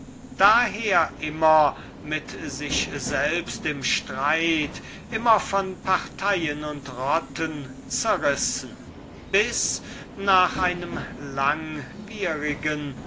daher immer mit sich selbst im streit immer von parteien und faktionen zerrissen bis nach einem langwierigen